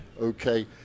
Okay